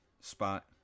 spot